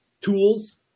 tools